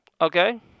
Okay